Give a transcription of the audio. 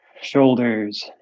shoulders